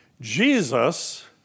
Jesus